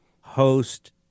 host